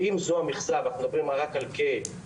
אם זו המכסה ואנחנו מדברים רק על 60-80